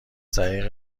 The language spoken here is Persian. طریق